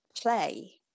play